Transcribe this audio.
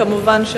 כמובן,